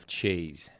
cheese